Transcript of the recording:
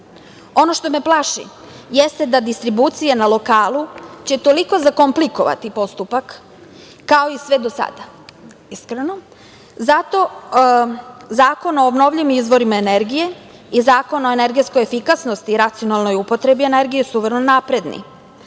što me plaši jeste da distribucija na lokalu će toliko zakomplikovati postupak, kao i sve do sada, iskreno. Zato Zakon o obnovljivim izvorima energije i Zakon o energetskoj efikasnosti i racionalnoj upotrebi energije su vrlo napredni,